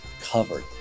covered